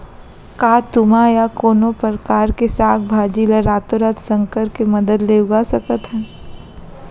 का तुमा या कोनो परकार के साग भाजी ला रातोरात संकर के मदद ले उगा सकथन?